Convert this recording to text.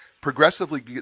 progressively